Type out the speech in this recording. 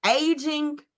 aging